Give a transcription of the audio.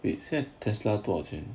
wait 现在 tesla 多少钱